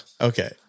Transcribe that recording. Okay